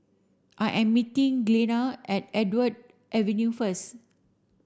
I am meeting Glenna at Andrew Avenue first